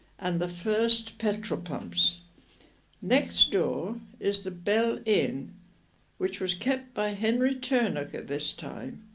and the first petrol pumps next door is the bell inn which was kept by henry turnock at this time